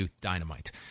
Dynamite